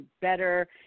better